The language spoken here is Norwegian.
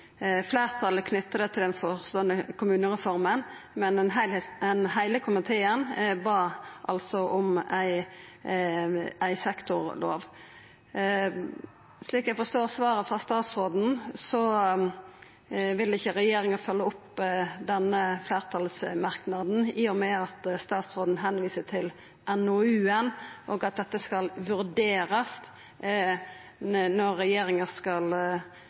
Fleirtalet knytte det til den komande kommunereforma, men heile komiteen bad altså om ei sektorlov. Slik eg forstår svaret frå statsråden, vil ikkje regjeringa følgja opp denne fleirtalsmerknaden, i og med at statsråden viser til NOU-en, og at dette skal vurderast når regjeringa skal